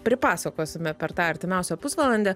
pripasakosime per tą artimiausią pusvalandį